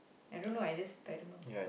I don't know I just I don't know